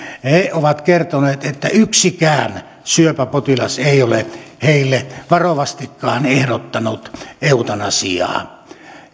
he ovat kertoneet että yksikään syöpäpotilas ei ole heille varovastikaan ehdottanut eutanasiaa